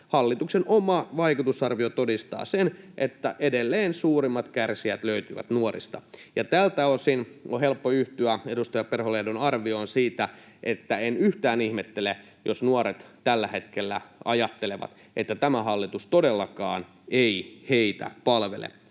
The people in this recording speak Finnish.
hallituksen oma vaikutusarvio todistaa sen, että edelleen suurimmat kärsijät löytyvät nuorista. Ja tältä osin on helppo yhtyä edustaja Perholehdon arvioon, enkä sitä yhtään ihmettele, jos nuoret tällä hetkellä ajattelevat, että tämä hallitus todellakaan ei heitä palvele